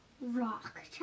Rock